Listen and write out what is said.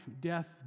death